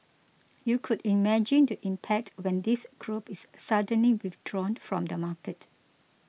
you could imagine the impact when this group is suddenly withdrawn from the market